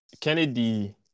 Kennedy